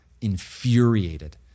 infuriated